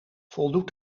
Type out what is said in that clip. voldoet